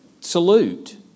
salute